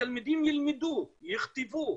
התלמידים ילמדו, יכתבו,